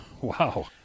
Wow